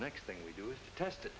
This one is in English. next thing we do is test